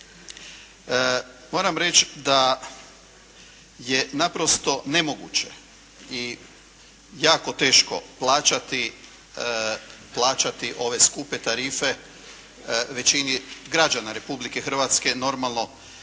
Moram reći da je naprosto nemoguće i jako teško plaćati ove skupe tarife većini građana Republike Hrvatske normalno